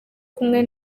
kumwe